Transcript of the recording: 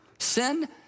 Sin